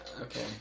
Okay